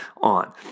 on